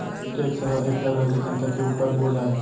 tax ह एक तरह ले जनता के उपर बोझ आय